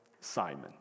Simon